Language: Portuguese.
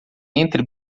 entre